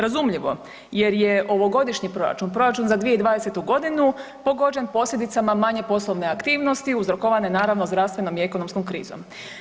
Razumljivo jer je ovogodišnji proračun, proračun za 2020. godinu pogođen posljedicama manje poslovne aktivnosti uzrokovane naravno zdravstvenom i ekonomskom krizom.